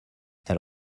elle